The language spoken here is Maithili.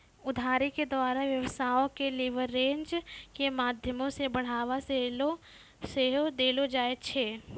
उधारी के द्वारा व्यवसायो के लीवरेज के माध्यमो से बढ़ाबा सेहो देलो जाय छै